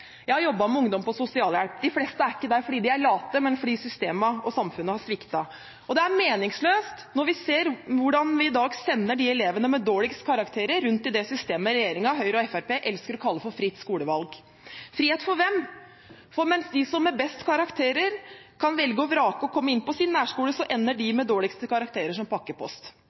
Jeg har jobbet med ungdom på sosialhjelp. De fleste er ikke der fordi de er late, men fordi systemene og samfunnet har sviktet. Det er meningsløst hvordan vi i dag sender elevene med dårligst karakterer rundt i det systemet regjeringen – Høyre og Fremskrittspartiet – elsker å kalle «fritt skolevalg». Frihet for hvem? For mens de med best karakterer kan velge og vrake og kommer inn på sin nærskole, ender de med dårligst karakterer som pakkepost.